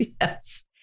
Yes